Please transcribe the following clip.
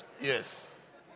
yes